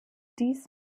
dies